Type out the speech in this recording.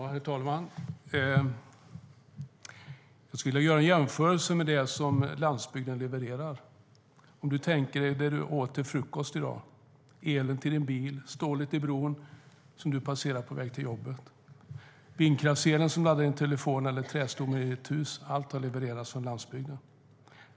Herr talman! Jag vill göra en jämförelse med det som landsbygden levererar. Om du tänker på vad du åt till frukost i dag, elen till din bil, stålet till bron som du passerar på väg till jobbet, vindkraftselen som du har till din telefon eller trästommen till ditt hus har allt levererats av landsbygden.